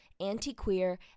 anti-queer